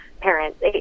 parents